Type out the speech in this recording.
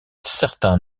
certain